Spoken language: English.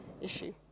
issue